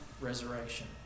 resurrection